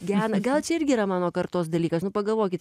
gena gal čia irgi yra mano kartos dalykas nu pagalvokit